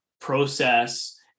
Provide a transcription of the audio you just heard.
process